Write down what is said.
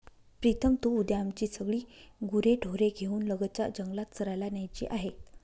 प्रीतम तू उद्या आमची सगळी गुरेढोरे घेऊन लगतच्या जंगलात चरायला न्यायची आहेत